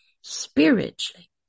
spiritually